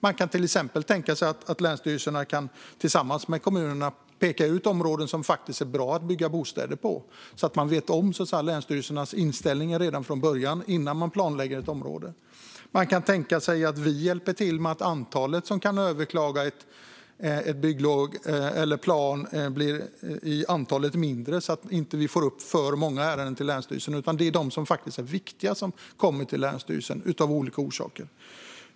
Man kan till exempel tänka sig att länsstyrelserna tillsammans med kommunerna pekar ut områden som är bra att bygga bostäder på, så att man redan från början känner till länsstyrelsernas inställning innan man planlägger ett område. Man kan tänka sig att vi hjälper till med att se till att de som kan överklaga ett bygglov eller en plan till antalet blir färre, så att vi inte får upp för många ärenden till länsstyrelsen. Det ska vara de som av olika skäl faktiskt är viktiga som kommer till länsstyrelsen.